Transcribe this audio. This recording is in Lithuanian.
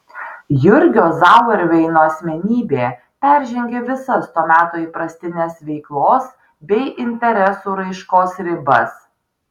jurgio zauerveino asmenybė peržengė visas to meto įprastines veiklos bei interesų raiškos ribas